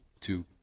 two